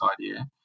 idea